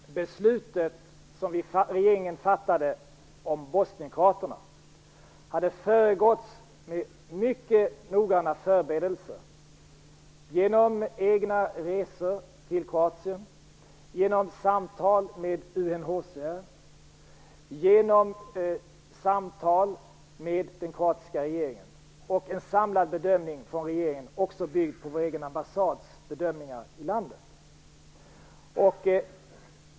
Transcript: Herr talman! Beslutet som vi i regeringen fattade om bosnienkroaterna hade föregåtts av mycket noggranna förberedelser genom egna resor till Kroatien, genom samtal med UNHCR och genom samtal med den kroatiska regeringen. Det var fråga om en samlad bedömning från regeringen - också byggd på vår egen ambassads bedömningar i landet.